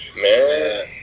Man